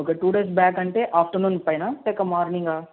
ఒక two days back అంటే afternoon పైన లేక మార్నింగా